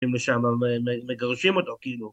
מגרשים אותו כאילו